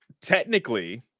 Technically